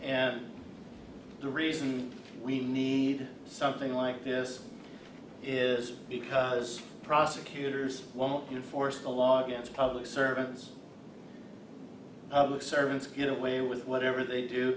and the reason we need something like this is because prosecutors won't you know force the law against public servants servants get away with whatever they do